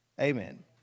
Amen